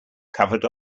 covered